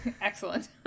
excellent